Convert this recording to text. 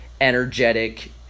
energetic